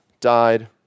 died